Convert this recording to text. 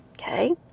okay